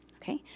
okay,